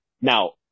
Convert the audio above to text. Now